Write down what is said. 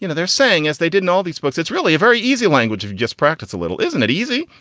you know they're saying as they didn't all these books, it's really a very easy language of just practice a little. isn't it easy?